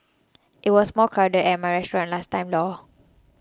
it was more crowded at my restaurant last time Lor